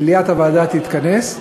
מליאת הוועדה תתכנס,